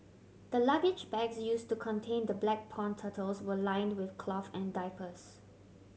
the luggage bags use to contain the black pond turtles were lined with cloth and diapers